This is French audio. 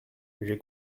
j’ai